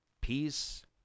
peace